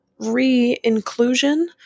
re-inclusion